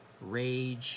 rage